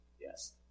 Yes